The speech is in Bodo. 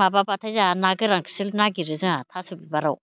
माबाबाथाय जोंहा ना गोरानखौसो नागिरो जोंहा थास' बिबाराव